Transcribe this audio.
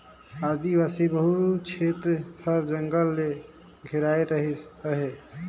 आदिवासी बहुल छेत्र हर जंगल ले घेराइस अहे